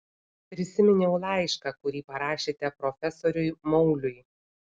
prisiminiau laišką kurį parašėte profesoriui mauliui